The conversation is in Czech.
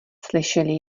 slyšeli